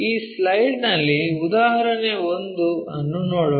ಈ ಸ್ಲೈಡ್ ನಲ್ಲಿ ಉದಾಹರಣೆ 1 ಅನ್ನು ನೋಡೋಣ